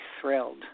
thrilled